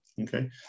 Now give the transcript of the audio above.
Okay